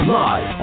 live